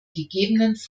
ggf